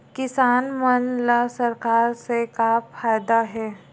किसान मन ला सरकार से का फ़ायदा हे?